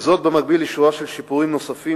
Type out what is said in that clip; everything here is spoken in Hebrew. וזאת במקביל לשורה של שיפורים נוספים